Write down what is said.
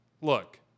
Look